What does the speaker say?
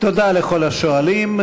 תודה לכל השואלים.